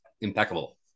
impeccable